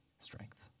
strength